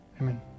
Amen